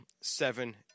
seven